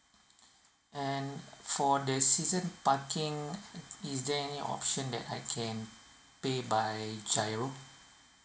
and for the season parking is there any option that I can pay by G_I_R_O